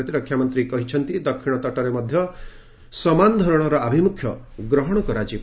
ପ୍ରତିରକ୍ଷାମନ୍ତ୍ରୀ କହିଛନ୍ତି ଦକ୍ଷିଣ ତଟରେ ମଧ୍ୟ ସମାନଧରଣର ଆଭିମ୍ରଖ୍ୟ ଗହଣ କରାଯିବ